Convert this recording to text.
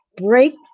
break